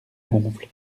gonfle